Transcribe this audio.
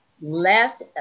Left